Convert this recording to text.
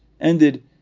ended